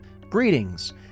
greetings